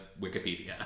Wikipedia